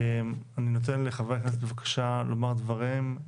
אני נותן לחברי הכנסת בבקשה לומר דבריהם.